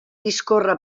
discorre